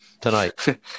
tonight